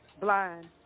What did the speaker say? blind